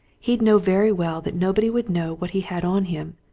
he'd know very well that nobody would know what he had on him.